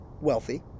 wealthy